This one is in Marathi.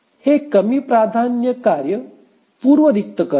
हे कमी प्राधान्य कार्य पूर्व रिक्त करते